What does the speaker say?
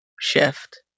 shift